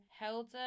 Hilda